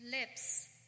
Lips